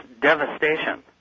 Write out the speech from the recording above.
devastation